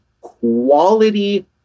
quality